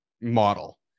model